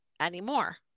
anymore